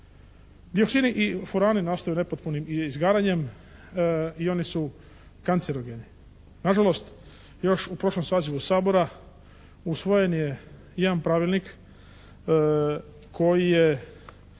Dioksini i furani nastaju nepotpunim izgaranjem i oni su kancerogeni. Nažalost, još u prošlom sazivu Sabora usvojen je jedan pravilnik koji je